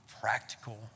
practical